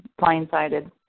blindsided